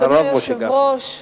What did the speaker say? אדוני היושב-ראש,